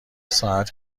ساعت